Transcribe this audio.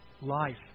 life